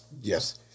Yes